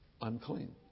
unclean